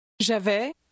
J'avais